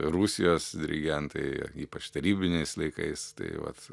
rusijos dirigentai ypač tarybiniais laikais tai vat